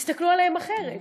תסתכלו עליהם אחרת.